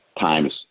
times